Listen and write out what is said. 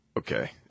Okay